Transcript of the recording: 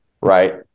Right